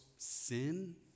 Sin